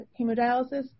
hemodialysis